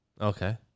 Okay